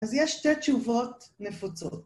אז יש שתי תשובות נפוצות.